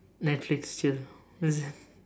netflix ya